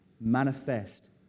manifest